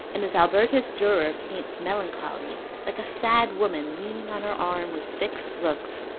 and as albertus durer paints melancholy, like a sad woman leaning on her arm with fixed looks,